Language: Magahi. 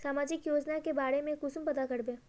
सामाजिक योजना के बारे में कुंसम पता करबे?